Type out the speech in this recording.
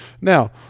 Now